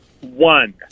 one